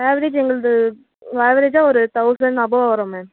average எங்கள்து ஆவெரேஜாக ஒரு தௌசண்ட் அபோவ் வரும் மேம்